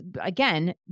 Again